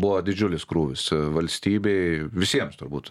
buvo didžiulis krūvis valstybei visiems turbūt